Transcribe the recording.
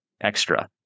extra